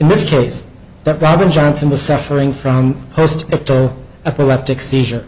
in this case the problem johnson was suffering from post epileptic seizure